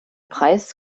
preis